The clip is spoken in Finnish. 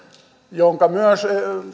jonka myös